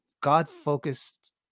God-focused